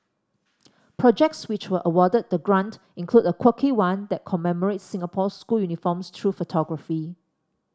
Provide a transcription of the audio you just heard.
projects which were awarded the grant include a quirky one that commemorates Singapore's school uniforms through photography